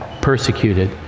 persecuted